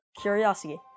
Curiosity